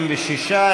76,